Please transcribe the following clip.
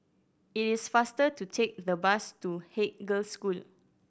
it is faster to take the bus to Haig Girls' School